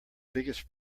biggest